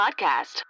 podcast